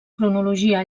cronologia